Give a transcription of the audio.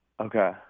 Okay